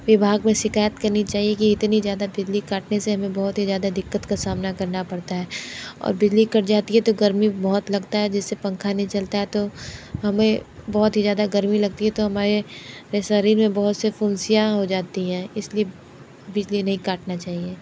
विभाग में शिकायत करनी चाहिए कि इतनी ज़्यादा बिजली काटने से हमें बहुत ही ज़्यादा दिक्कत का सामना करना पड़ता है और बिजली कट जाती है तो गर्मी बहुत लगती है जिस से पंखा नहीं चलता है तो हमें बहुत ही ज़्यादा गर्मी लगती है तो हमारे शरीर में बहुत से फुंसियाँ हो जाती हैं इस लिए बिजली नहीं काटना चाहिए